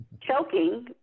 choking